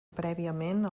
prèviament